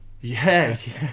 Yes